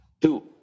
Two